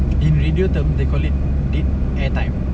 in radio term they call it dead airtime